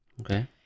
Okay